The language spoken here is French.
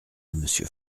monsieur